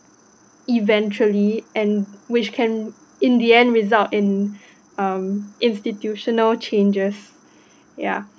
eventually and which can in the end result in um institutional changes ya